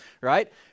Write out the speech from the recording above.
right